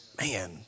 Man